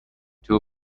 two